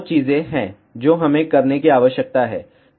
2 चीजें हैं जो हमें करने की आवश्यकता है